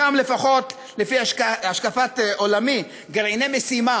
וחלקם לפחות, לפי השקפת עולמי, גרעיני משימה